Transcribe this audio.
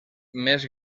més